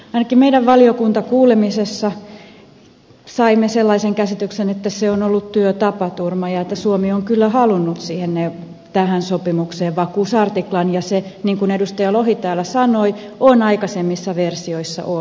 ainakin meidän valiokuntakuulemisessamme saimme sellaisen käsityksen että se on ollut työtapaturma ja että suomi on kyllä halunnut tähän sopimukseen vakuusartiklan ja se niin kuin edustaja lohi täällä sanoi on aikaisemmissa versioissa ollut